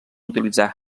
utilitzar